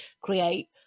create